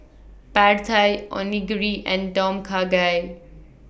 Pad Thai Onigiri and Tom Kha Gai